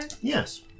Yes